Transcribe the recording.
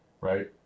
Right